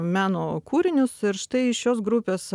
meno kūrinius ir štai šios grupės